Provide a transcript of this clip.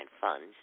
funds